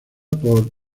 por